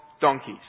donkeys